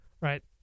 right